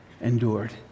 endured